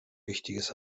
wichtiges